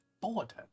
border